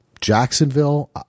Jacksonville